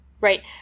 right